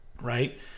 right